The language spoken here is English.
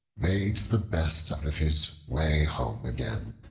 made the best of his way home again,